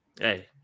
hey